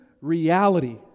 reality